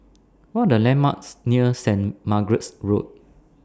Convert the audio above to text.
What Are The landmarks near Saint Margaret's Road